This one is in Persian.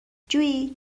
جویی